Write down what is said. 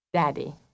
Daddy